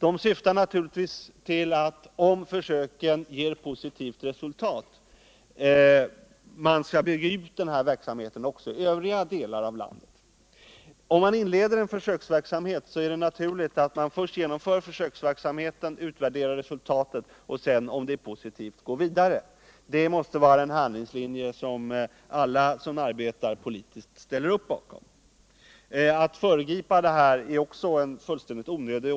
Tanken är naturligtvis den att, om försöken ger positivt resultat, denna verksamhet skall byggas ut också i övriga delar av landet, När det gäller en försöksverksamhet är det naturligt att man först inleder verksamheten, sedan utvärderar dess resultat och därefter, om det är positivt, går vidare. Det måste vara en handlingslinje som alla som arbetar politiskt ställer upp bakom. Att föregripa denna ordning är fullständigt onödigt.